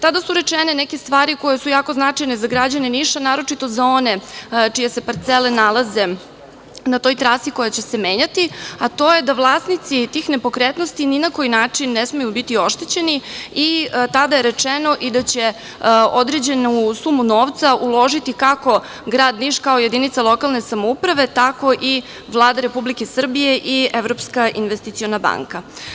Tada su rečene neke stvari koje su jako značajne za građane Niša, a naročito za one čije se parcele nalaze na toj trasi koja će se menjati, a to je da vlasnici tih nepokretnosti ni na koji način ne smeju biti oštećeni i tada je rečeno da će određenu sumu novca uložiti, kako grad Niš, kao jedinica lokalne samouprave, tako i Vlada Republike Srbije i Evropska investiciona banka.